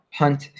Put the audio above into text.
hunt